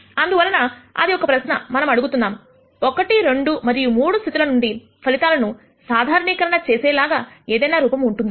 అందువలన అది ఒక ప్రశ్న మనము అడుగుతున్నాము 12 మరియు 3 స్థితుల నుండి ఫలితాలను సాధారణీకరణ చేసేలాగా ఏదైనా రూపము ఉంటుందా